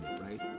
right